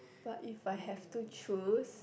but if I have to choose